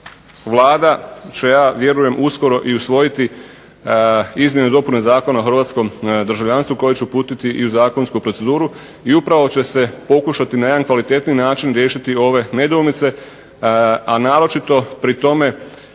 Vlada će ja vjerujem uskoro usvojiti izmjene i dopune Zakona o hrvatskom državljanstvu koje će uputiti u zakonsku proceduru i upravo će se pokušati na jedan kvalitetniji način riješiti ove nedoumice, a naročito pri tome